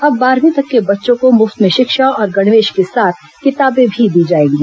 अब बारहवीं तक के बच्चों को मुफ्त में शिक्षा और गणवेश के साथ किताबें भी दी जाएंगी